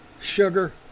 sugar